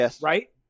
right